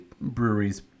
breweries